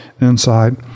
inside